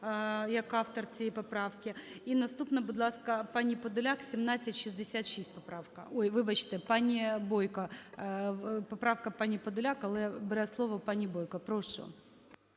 як автор цієї поправки. І наступна, будь ласка, пані Подоляк, 1766 поправка. Ой, вибачте, пані Бойко. Поправка пані Подоляк, але бере слово пані Бойко. Прошу.